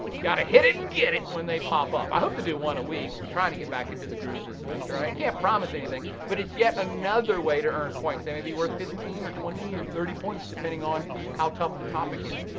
gotta hit it and get it when they pop up. i hope to do one a week. i'm trying to get back into the groove this semester. i can't promise anything. but it's yet another way to earn points. and it'd be worth fifteen or twenty or thirty points depending on how tough the topic is.